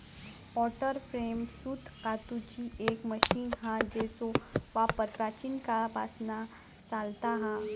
water frame सूत कातूची एक मशीन हा जेचो वापर प्राचीन काळापासना चालता हा